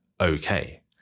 okay